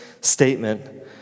statement